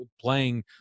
playing